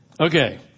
Okay